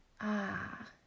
Ah